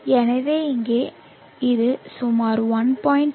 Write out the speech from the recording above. எனவே இங்கே இது சுமார் 1